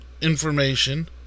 information